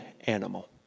animal